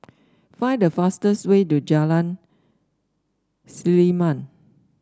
find the fastest way to Jalan Selimang